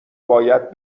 باید